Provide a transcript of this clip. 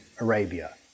Arabia